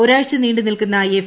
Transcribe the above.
ഒരാഴ്ച നീണ്ടുനിൽക്കുന്ന എഫ്